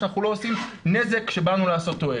שאנחנו לא עושים נזק כשבאנו לעשות תועלת.